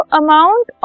amount